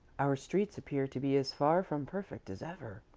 our streets appear to be as far from perfect as ever,